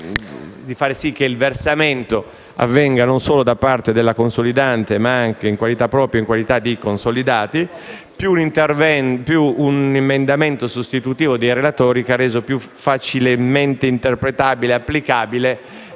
di far sì che il versamento avvenga non solo da parte della consolidante, ma anche in qualità di consolidati; è stato inoltre presentato un emendamento sostitutivo dei relatori, che ha reso più facilmente interpretabile ed applicabile